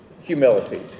humility